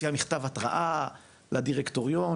מוציאה מכתב התרעה לדירקטורים?